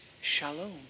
shalom